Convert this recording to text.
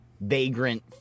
vagrant